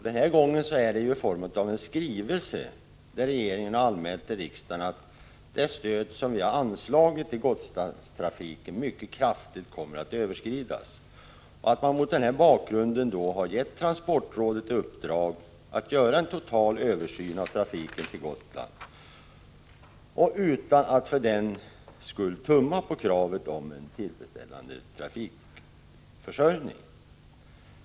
Den här gången är det i form av en skrivelse där regeringen har anmält till riksdagen att det stöd som vi har anslagit till Gotlandstrafiken mycket kraftigt kommer att överskridas och att man mot den bakgrunden har gett transportrådet i uppdrag att göra en total översyn av färjetrafiken till Gotland, utan att för den skull tumma på kravet på en tillfredsställande trafikförsörjning.